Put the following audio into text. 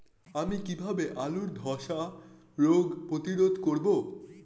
আমি কিভাবে আলুর ধ্বসা রোগ প্রতিরোধ করব?